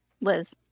liz